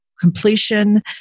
completion